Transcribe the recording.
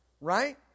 Right